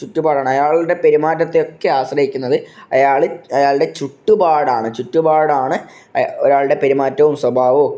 ചുറ്റുപാടാണ് അയാളുടെ പെരുമാറ്റത്തെയൊക്കെ ആശ്രയിക്കുന്നത് അയാൾ അയാളുടെ ചുറ്റുപാടാണ് ചുറ്റുപാടാണ് ഒരാളുടെ പെരുമാറ്റവും സ്വഭാവവും